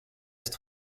ist